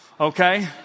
okay